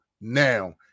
now